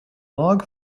log